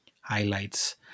Highlights